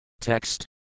Text